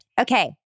Okay